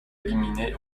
éliminée